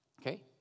Okay